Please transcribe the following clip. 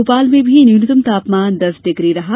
भोपाल में भी न्यूनतम तापमान दस डिग्री रहा